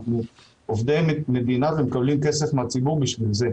אנחנו עובדי מדינה ומקבלים כסף מהציבור בשביל זה.